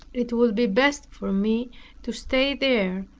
it would be best for me to stay there,